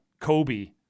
Kobe